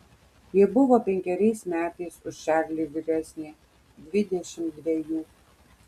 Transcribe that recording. ji buvo penkeriais metais už čarlį vyresnė dvidešimt dvejų